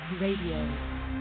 Radio